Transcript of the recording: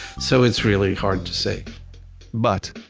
so it's really hard to say but,